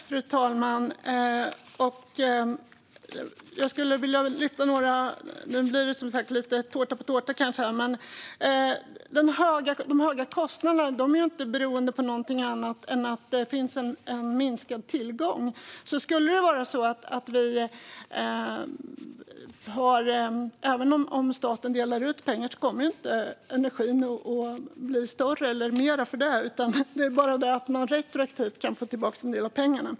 Fru talman! Det blir kanske lite tårta på tårta som sagt, men jag skulle vilja lyfta upp några saker. De höga kostnaderna beror inte på något annat än minskad tillgång. Även om staten delar ut pengar kommer inte energimängden att öka. Det innebär bara att man retroaktivt kan få tillbaka en del av pengarna.